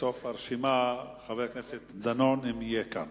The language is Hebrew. ובסוף הרשימה, חבר הכנסת דנון, אם יהיה כאן.